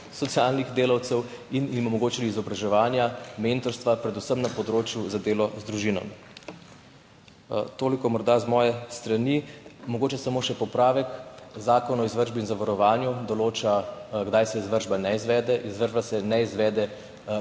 socialnih delavcev in jim omogočili izobraževanja, mentorstva, predvsem na področju za delo z družinami. Toliko morda z moje strani. Mogoče samo še popravek. Zakon o izvršbi in zavarovanju določa, kdaj se izvršba ne izvede. Izvršba se ne izvede pri